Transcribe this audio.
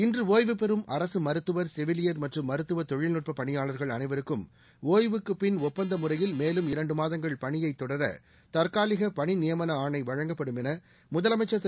இன்று ஒய்வு பெறும் அரசு மருத்துவர் செவிலியர் மற்றும் மருத்துவ தொழில்நுட்ப பணியாளர்கள் அனைவருக்கும் ஓய்வுக்கு பின் ஒப்பந்த முறையில் மேலும் இரண்டு மாதங்கள் பணியை தொடர தற்காலிக பணிநியமன என ஆணை வழங்கப்படும் முதலமைச்சர் திரு